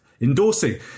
endorsing